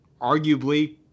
arguably